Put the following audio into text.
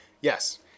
Yes